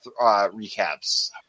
recaps